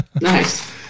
Nice